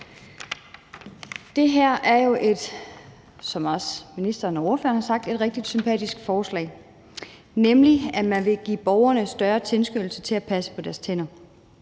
Det her er jo, som også ministeren og ordføreren har sagt, et rigtig sympatisk forslag, nemlig at man vil give borgerne en større tilskyndelse til at passe på deres tænder.